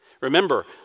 Remember